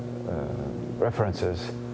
references